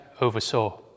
oversaw